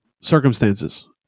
circumstances